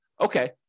okay